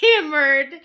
hammered